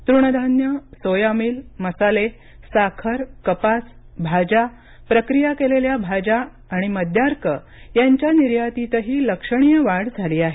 तृणधान्यं soya meal मसाले साखर कपास भाज्या प्रक्रिया केलेल्या भाज्या आणि मद्यार्क यांच्या निर्यातीतही लक्षणीय वाढ झाली आहे